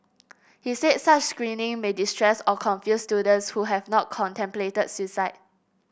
he said such screening may distress or confuse students who have not contemplated suicide